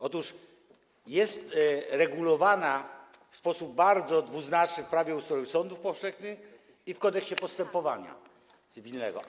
Otóż jest ona regulowana w sposób bardzo dwuznaczny w Prawie o ustroju sądów powszechnych i Kodeksie postępowania cywilnego.